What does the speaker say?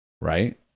right